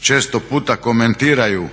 često puta komentiraju